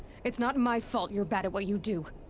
it's not my fault you're bad at what you do!